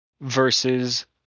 versus